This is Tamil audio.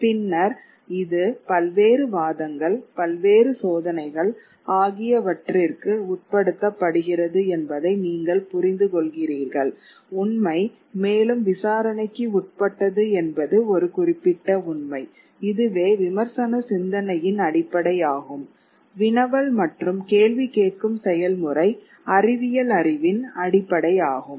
பின்னர் இது பல்வேறு வாதங்கள் பல்வேறு சோதனைகள் ஆகியவற்றிற்கு உட்படுத்தப்படுகிறது என்பதை நீங்கள் புரிந்துகொள்கிறீர்கள் உண்மை மேலும் விசாரணைக்கு உட்பட்டது என்பது ஒரு குறிப்பிட்ட உண்மை இதுவே விமர்சன சிந்தனையின் அடிப்படை ஆகும் வினவல் மற்றும் கேள்வி கேட்கும் செயல்முறை அறிவியல் அறிவின் அடிப்படையாகும்